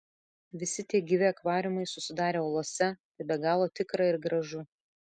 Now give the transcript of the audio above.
visi tie gyvi akvariumai susidarę uolose tai be galo tikra ir gražu